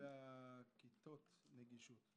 לגבי הכיתות הנגישות.